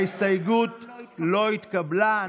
ההסתייגות לא התקבלה.